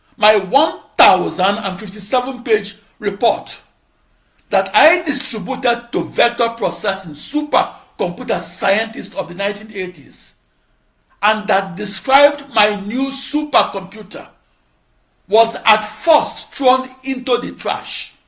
my one thousand and fifty seven page report that i distributed to vector processing supercomputer um but scientists of the nineteen eighty s and that described my new supercomputer was, at first, thrown into the trash.